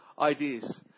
ideas